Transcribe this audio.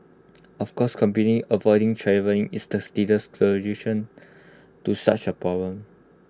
of course completely avoiding travelling is the silliest solution to such A problem